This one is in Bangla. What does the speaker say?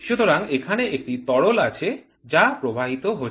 সুতরাং এখানে একটি তরল আছে যা প্রবাহিত হচ্ছে